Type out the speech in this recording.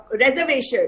reservation